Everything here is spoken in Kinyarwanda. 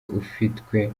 ufitwe